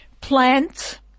plant